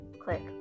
Click